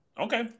Okay